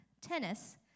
tennis